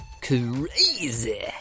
Crazy